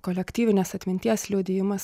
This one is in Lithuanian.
kolektyvinės atminties liudijimas